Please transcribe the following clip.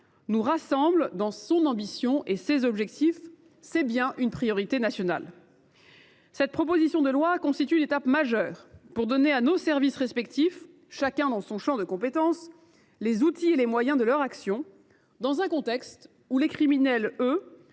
nous rassemble autour de son ambition et de ses objectifs, car il s’agit bien d’une priorité nationale. Ce texte constitue une étape majeure pour donner à nos services respectifs, chacun dans son champ de compétence, les outils et les moyens de leur action, dans un contexte où les criminels, eux,